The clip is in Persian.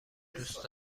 دوست